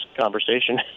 conversation